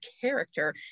character